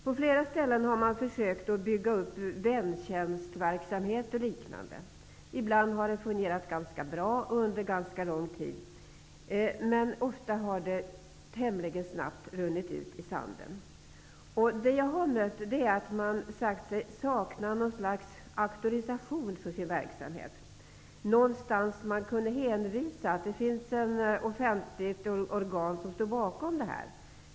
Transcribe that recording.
På flera ställen har man försökt att bygga upp väntjänstverksamhet och liknande. Ibland har det fungerat ganska bra under ganska lång tid. Men ofta har verksamheten tämligen snabbt runnit ut i sanden. Det som jag har märkt är att man säger sig sakna något slags auktorisation för sin verksamhet, ett offentligt organ som står bakom, någonstans dit man kan hänvisa.